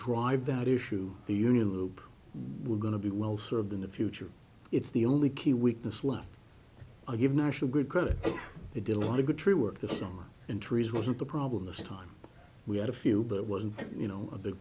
drive that issue the union loop we're going to be well served in the future it's the only key weakness left i give national good credit they did a lot of good tree work this summer and trees wasn't the problem this time we had a field that wasn't you know a big